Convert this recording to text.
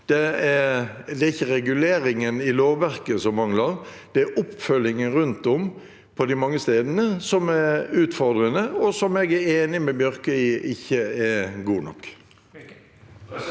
Det er ikke reguleringen i lovverket som mangler; det er oppfølgingen rundt om på de mange stedene som er utfordrende, og som jeg er enig med Bjørke i at ikke er god nok.